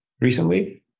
recently